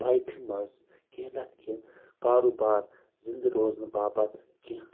لایفہِ منٛز کیٚنٛہہ نتہٕ کیٚنٛہہ کاروبار زنٛدٕ روزنہٕ باپتھ کینٛہہ